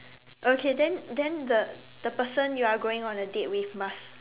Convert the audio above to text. okay then then the the person you are going on a date with must